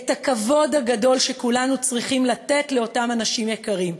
הכבוד הגדול שכולנו צריכים לתת לאותם אנשים יקרים,